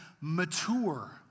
mature